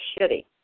shitty